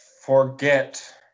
forget